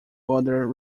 other